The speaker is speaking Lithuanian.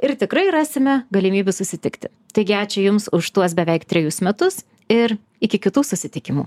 ir tikrai rasime galimybių susitikti taigi ačiū jums už tuos beveik trejus metus ir iki kitų susitikimų